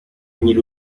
nyiri